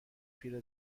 پیره